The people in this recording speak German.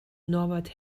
norbert